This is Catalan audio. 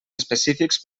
específics